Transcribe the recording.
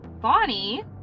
bonnie